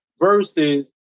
versus